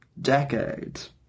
decades